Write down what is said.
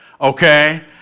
Okay